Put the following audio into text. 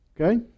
Okay